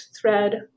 thread